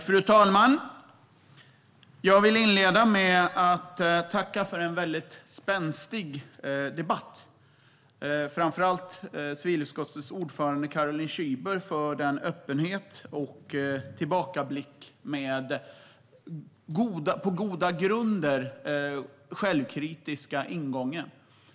Fru talman! Jag vill inleda med att tacka för en spänstig debatt. Framför allt vill jag tacka civilutskottets ordförande Caroline Szyber för hennes öppenhet och tillbakablick med en på goda grunder självkritisk ingång.